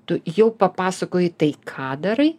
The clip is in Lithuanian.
tu jau papasakojai tai ką darai